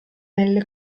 nelle